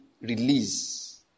release